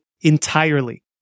entirely